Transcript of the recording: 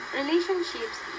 relationships